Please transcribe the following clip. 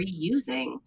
reusing